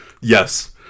yes